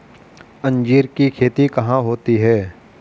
अंजीर की खेती कहाँ होती है?